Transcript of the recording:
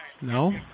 No